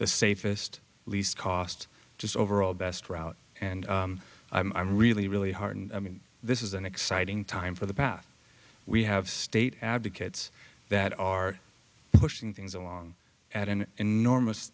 the safest least cost just overall best route and i'm really really hard and i mean this is an exciting time for the path we have state advocates that are pushing things along at an enormous